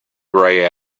grey